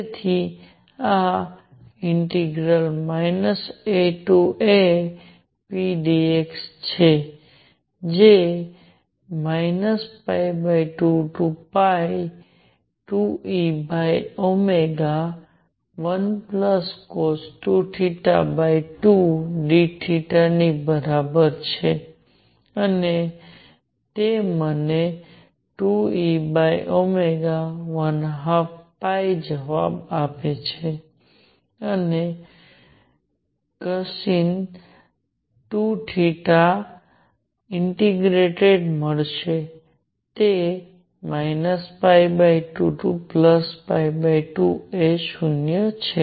તેથી આ AApdx છે જે 222E1cos2θ2dθ ની બરાબર છે અને તે મને 2E12 જવાબ આપે છે અને કોસિન 2 થેટા ઇન્ટિગ્રેટેડ મળશે તે 2 થી 2 એ 0 છે